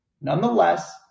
Nonetheless